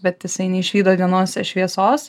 bet jisai neišvydo dienos šviesos